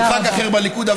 עם ח"כ אחר בליכוד,